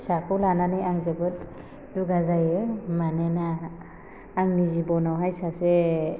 फिसाखौ लानानै आं जोबोद दुगा जायो मानोना आंनि जिबनावहाय सासे